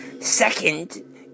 Second